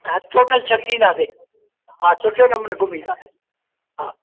हा टोटल छह थींदासीं हा सुठे नमूने घुमी ईंदासीं हा